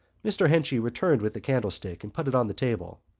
mr. henchy returned with the candlestick and put it on the table.